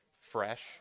fresh